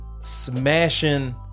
smashing